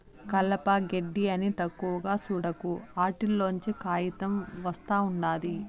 కలప, గెడ్డి అని తక్కువగా సూడకు, ఆటిల్లోంచే కాయితం ఒస్తా ఉండాది